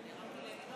היה רואה שההגדרה